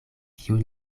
kiun